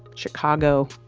chicago,